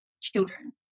children